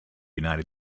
united